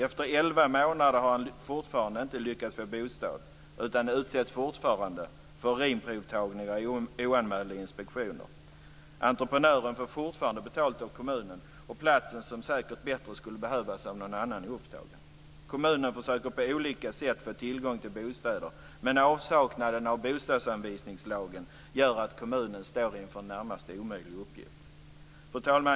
Efter elva månader har han fortfarande inte lyckats få bostad utan utsätts fortfarande för urinprovtagningar och oanmälda inspektioner. Entreprenören får fortfarande betalt av kommunen, och platsen - som säkert skulle behövas bättre av någon annan - är upptagen. Kommunen försöker på olika sätt få tillgång till bostäder, men avsaknaden av bostadsanvisningslagen gör att kommunen står inför en närmast omöjlig uppgift. Fru talman!